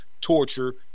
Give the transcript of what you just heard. torture